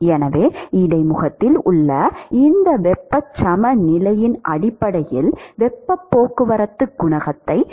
எனவே இடைமுகத்தில் உள்ள இந்த வெப்ப சமநிலையின் அடிப்படையில் வெப்பப் போக்குவரத்து குணகத்தை இவ்வாறு எழுதலாம்